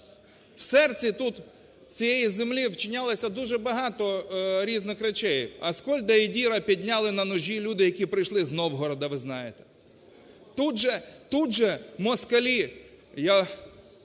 В серці тут цієї землі вчинялось дуже багато різних речей. Аскольда і Діра підняли на ножі люди, які прийшли з Новгорода, ви знаєте. Тут же москалі, я